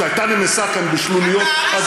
או שהיא הייתה נמסה כאן בשלוליות אדירות.